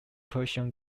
persian